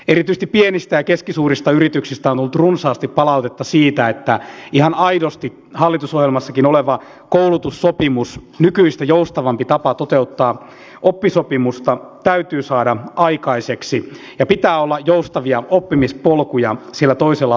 erityisesti pienistä ja keskisuurista yrityksistä on tullut runsaasti palautetta siitä että ihan aidosti hallitusohjelmassakin oleva koulutussopimus nykyistä joustavampi tapa toteuttaa oppisopimusta täytyy saada aikaiseksi ja pitää olla joustavia oppimispolkuja siellä toisella asteella